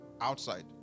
outside